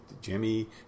Jimmy